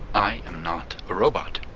i am not a robot.